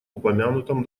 упомянутом